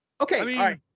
Okay